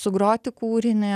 sugroti kūrinį